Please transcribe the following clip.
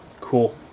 Cool